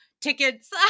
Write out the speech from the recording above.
tickets